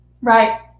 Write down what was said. Right